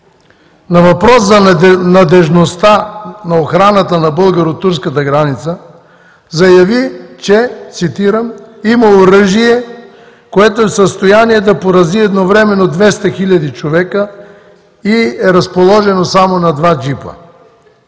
на въпрос за надеждността на охраната на българо турската граница заяви, че, цитирам: „Има оръжие, което е в състояние да порази едновременно 200 000 човека и е разположено само на два джипа.“